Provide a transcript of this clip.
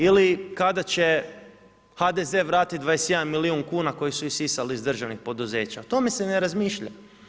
Ili kada će HDZ vratiti 21 milijun kuna koje su isisali iz državnih poduzeća, o tome se ne razmišlja.